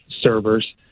servers